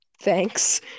Thanks